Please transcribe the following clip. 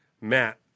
Matt